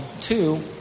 two